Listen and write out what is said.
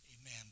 amen